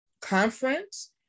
conference